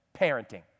parenting